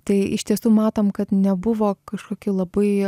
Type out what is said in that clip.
tai iš tiesų matom kad nebuvo kažkoki labai